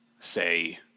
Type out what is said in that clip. say